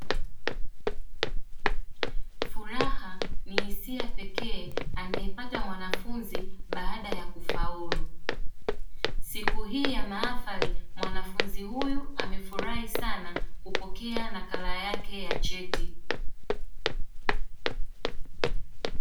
Furaha ni hisia pekee anayepata mwanafunzi baada ya kufaulu, siku hii yana mahafali mwanafunzi huyu amefurahi sana kupokea nakala yake ya cheti.